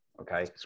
okay